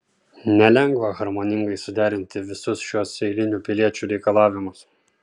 nelengva harmoningai suderinti visus šiuos eilinių piliečių reikalavimus